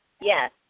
yes